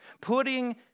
Putting